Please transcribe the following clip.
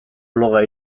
bloga